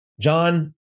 John